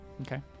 Okay